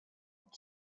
and